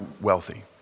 wealthy